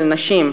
של נשים,